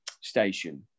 station